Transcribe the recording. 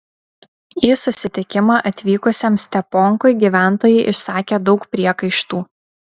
į susitikimą atvykusiam steponkui gyventojai išsakė daug priekaištų